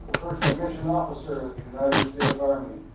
first commissioned officer in the united states army,